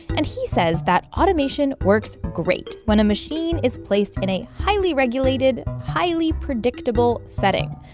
and he says that automation works great when a machine is placed in a highly regulated, highly predictable setting,